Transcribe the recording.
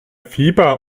fieber